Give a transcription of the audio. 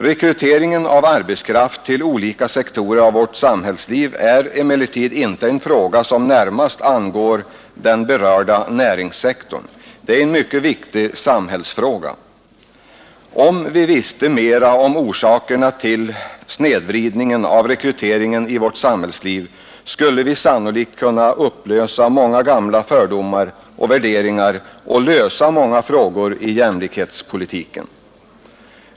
Rekryteringen av arbetskraft till olika sektorer av vårt samhällsliv är emellertid inte en fråga som närmast angår den berörda näringssektorn. Det är en mycket viktig samhällsfråga. Om vi visste mer om orsakerna till snedvridningen av yrkesrekryteringen i vårt samhällsliv skulle vi sannolikt kunna eliminera många gamla fördomar och värderingar och lösa många frågor i jämlikhetspolitiken.